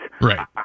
Right